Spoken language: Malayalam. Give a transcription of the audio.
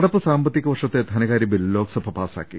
നടപ്പ് സാമ്പത്തിക വർഷത്തെ ധനകാര്യ ബിൽ ലോക്സഭ പാസാ ക്കി